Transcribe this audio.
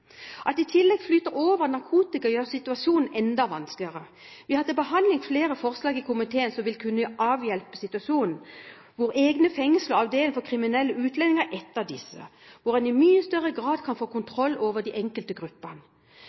At det i tillegg flyter over av narkotika, gjør situasjonen enda vanskeligere. Vi har til behandling flere forslag i komiteen som vil kunne avhjelpe situasjonen, og egne fengsler/avdelinger for kriminelle utlendinger er et av disse, slik at en i mye større grad kan få kontroll over de enkelte gruppene.